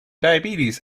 diabetes